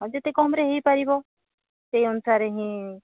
ହଁ ଯେତେ କମରେ ହୋଇପାରିବ ସେଇ ଅନୁସାରେ ହିଁ